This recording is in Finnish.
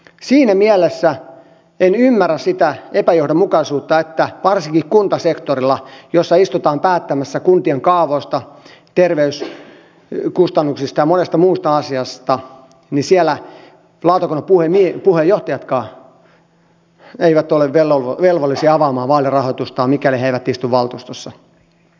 siinä mielessä en ymmärrä varsinkaan sitä epäjohdonmukaisuutta että kuntasektorilla jossa istutaan päättämässä kuntien kaavoista terveyskustannuksista ja monesta muusta asiasta eli sijalla ja platov puhelin lautakunnan puheenjohtajatkaan eivät ole velvollisia avaamaan vaalirahoitustaan mikäli he eivät istu valtuustossa